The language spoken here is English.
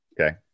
Okay